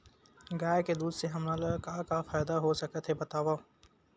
गाय के दूध से हमला का का फ़ायदा हो सकत हे बतावव?